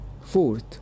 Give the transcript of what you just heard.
fourth